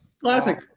Classic